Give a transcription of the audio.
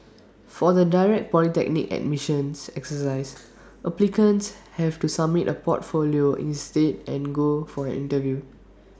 for the direct polytechnic admissions exercise applicants have to submit A portfolio instead and go for an interview